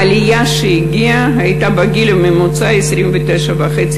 העלייה שהגיעה הייתה בממוצע בגיל 29.5,